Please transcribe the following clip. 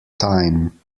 time